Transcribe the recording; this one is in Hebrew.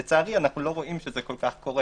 לצערי, אנחנו לא רואים שזה קורה.